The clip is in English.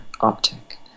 optic